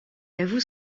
avoue